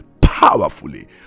Powerfully